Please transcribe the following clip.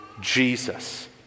Jesus